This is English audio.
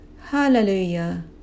Hallelujah